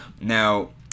Now